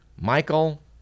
Michael